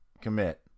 commit